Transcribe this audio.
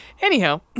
Anyhow